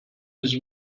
his